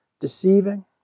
deceiving